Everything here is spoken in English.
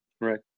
right